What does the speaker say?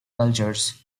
cultures